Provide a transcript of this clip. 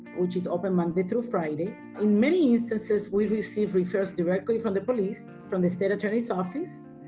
which is open monday through friday. in many instances, we receive referrals directly from the police, from the state attorney's office.